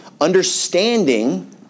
understanding